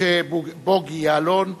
משה בוגי יעלון,